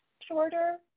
shorter